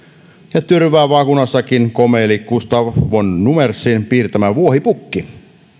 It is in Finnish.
ja tyrvään vaakunassakin komeili gustaf von numersin piirtämä vuohipukki